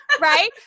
right